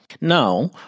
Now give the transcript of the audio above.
Now